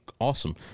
awesome